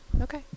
Okay